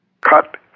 cut